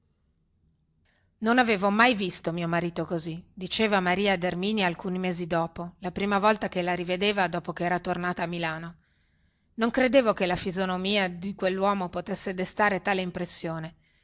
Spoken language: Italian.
non avevo mai visto mio marito così diceva maria ad erminia alcuni mesi dopo la prima volta che la rivedeva dopo che era tornata a milano non credevo che la fisonomia di quelluomo potesse destare tale impressione